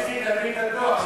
ש"אמנסטי" תביא את הדוח,